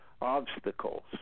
obstacles